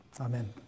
Amen